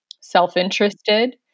self-interested